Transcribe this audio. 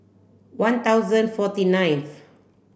one thousand forty ninth